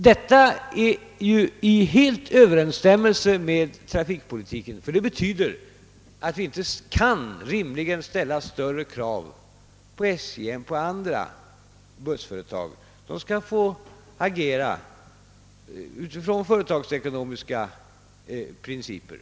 Detta är helt i överensstämmelse med trafikpolitiken. Vi kan inte rimligen ställa större krav på SJ än på andra bussföretag. SJ måste få agera utifrån vanliga företagsekonomiska principer.